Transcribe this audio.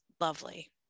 lovely